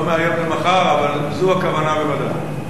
וזה לא מהיום למחר, אבל זו הכוונה, בוודאי.